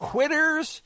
Quitters